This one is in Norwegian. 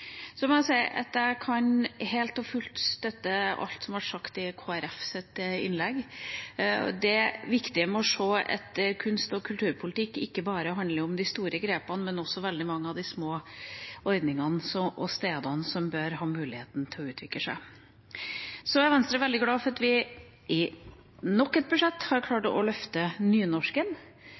innlegg – det viktige med å se at kunst- og kulturpolitikk ikke bare handler om de store grepene, men veldig mange av de små ordningene og stedene som bør ha muligheten til å utvikle seg. Så er Venstre veldig glad for at vi i nok et budsjett har klart å løfte nynorsken